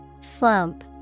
Slump